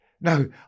No